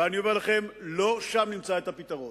ואני אומר לכם, לא שם נמצא את הפתרון.